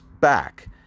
back